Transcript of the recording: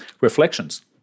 reflections